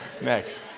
Next